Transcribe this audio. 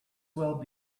well